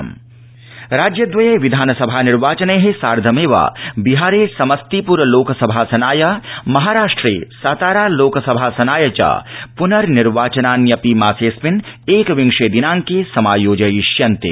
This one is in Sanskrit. प्नर्निर्वाचनम् राज्यद्रये विधानसभा निर्वाचनै साधंमेव बिहारे समस्तीपुर लोकसभासनाय महाराष्ट्रे सतारा लोकसभासनाय च पुनर्निर्वाचनान्यपि मासेऽस्मिन् एकविंशे दिनांके समायोजयिष्यन्ते